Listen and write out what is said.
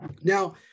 Now